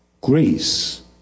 grace